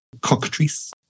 Cockatrice